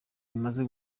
imaze